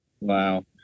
Wow